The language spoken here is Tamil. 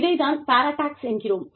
இதைத் தான் பாரடாக்ஸ் என்கிறோம்